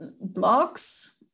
blocks